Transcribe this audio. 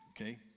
okay